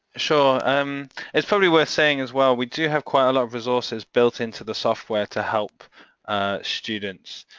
sure, um it's probably worth saying as well, we do have quite a lot of resources built into the software to help students